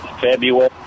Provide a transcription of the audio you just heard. February